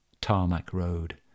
tarmac-road